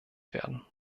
werden